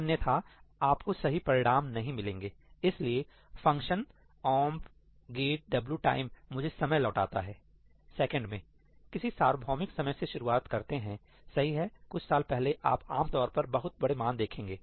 अन्यथा आपको सही परिणाम नहीं मिलेंगे इसलिए फंक्शन 'omp get wtime' मुझे समय लौटाता है सेकंड मे किसी सार्वभौमिक समय से शुरुआत करते है सही है कुछ साल पहले आप आमतौर पर बहुत बड़े मान देखेंगे